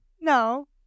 No